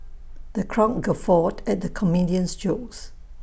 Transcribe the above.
the crowd guffawed at the comedian's jokes